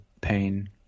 pain